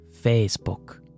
Facebook